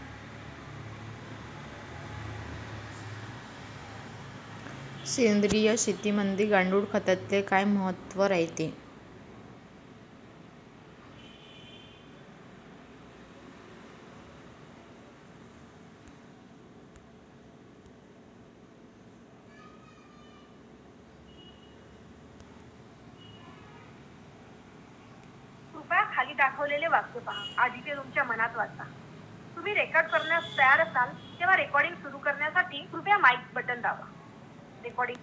सेंद्रिय शेतीमंदी गांडूळखताले काय महत्त्व रायते?